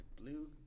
blue